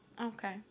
Okay